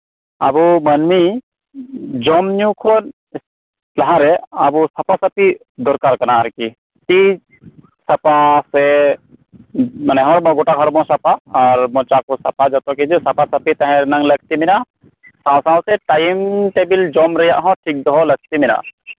ᱟᱵᱚ ᱢᱟᱹᱱᱢᱤ ᱡᱚᱢᱧᱩᱠᱷᱚᱱ ᱞᱟᱦᱟᱨᱮ ᱟᱵᱚ ᱥᱟᱯᱷᱟ ᱥᱟᱹᱯᱷᱤ ᱫᱚᱨᱠᱟᱨ ᱠᱟᱱᱟ ᱟᱨᱠᱤ ᱛᱤ ᱥᱟᱯᱷᱟ ᱥᱮ ᱢᱟᱱᱮ ᱦᱚᱲᱢᱚ ᱜᱚᱴᱟ ᱦᱚᱲᱢᱚ ᱥᱟᱯᱷᱟ ᱟᱨ ᱢᱚᱪᱟᱠᱚ ᱥᱟᱯᱷᱟ ᱡᱚᱛᱚᱠᱤᱪᱷᱩ ᱥᱟᱯᱷᱟ ᱥᱟᱹᱯᱷᱤ ᱫᱚᱦᱚᱨᱮᱱᱟᱜ ᱞᱟᱹᱠᱛᱤ ᱢᱮᱱᱟᱜᱼᱟ ᱥᱟᱶ ᱥᱟᱶᱛᱮ ᱴᱟᱭᱤᱢ ᱴᱮᱵᱤᱞ ᱡᱚᱢ ᱨᱮᱭᱟᱜ ᱦᱚᱸ ᱴᱷᱤᱠ ᱫᱚᱦᱚ ᱞᱟᱹᱠᱛᱤ ᱢᱮᱱᱟᱜᱼᱟ